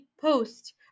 post